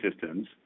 systems